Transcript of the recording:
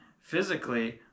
Physically